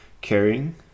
carrying